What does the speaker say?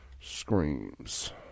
screams